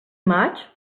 maig